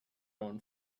own